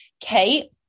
Kate